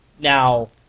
Now